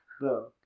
no